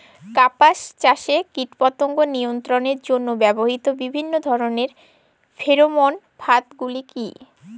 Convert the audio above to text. কাপাস চাষে কীটপতঙ্গ নিয়ন্ত্রণের জন্য ব্যবহৃত বিভিন্ন ধরণের ফেরোমোন ফাঁদ গুলি কী?